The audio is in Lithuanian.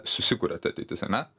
susikuria ta ateitis ane